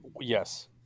Yes